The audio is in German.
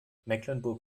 mecklenburg